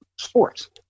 sports